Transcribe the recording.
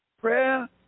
Prayer